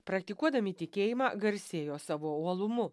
praktikuodami tikėjimą garsėjo savo uolumu